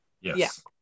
yes